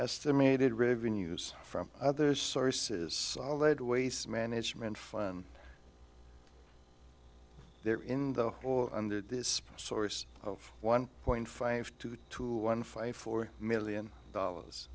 estimated revenues from other sources laid waste management fund there in the or under this source of one point five two to one five four million dollars